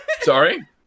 Sorry